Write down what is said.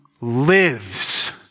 lives